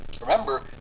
Remember